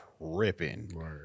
tripping